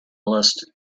list